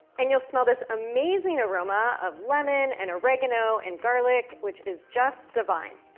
and you'll smell this amazing aroma of lemon and oregano and garlic, which is just divine.